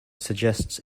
suggests